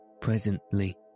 Presently